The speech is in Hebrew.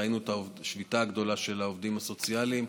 וראינו את השביתה הגדולה של העובדים הסוציאליים,